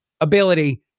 ability